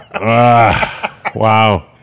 Wow